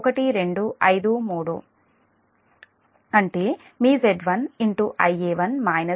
అంటే మీ Z1 Ia1 Z2 Ia2 - Ea 0